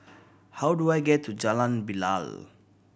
how do I get to Jalan Bilal